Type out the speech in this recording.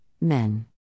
men